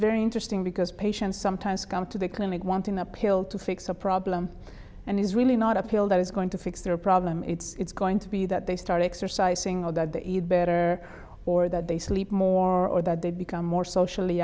very interesting because patients sometimes come to the clinic wanting a pill to fix a problem and it's really not a pill that is going to fix their problem it's going to be that they start exercising or that they eat better or that they sleep more or that they become more socially